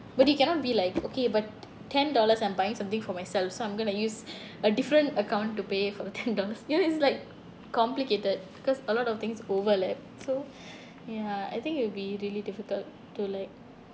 but it cannot be like okay but ten dollars I'm buying something for myself so I'm going to use a different account to pay for the ten dollars you know it's like complicated cause a lot of things overlap so ya I think it'll be really difficult to like